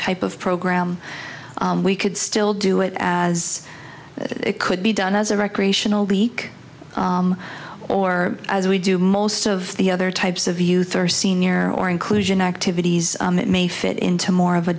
type of program we could still do it as it could be done as a recreational leak or as we do most of the other types of youth or senior or inclusion activities that may fit into more of a